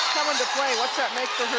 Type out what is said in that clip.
coming to play, what's that make for her